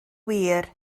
wir